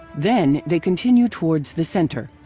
then, they continue towards the center,